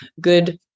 good